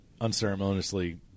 unceremoniously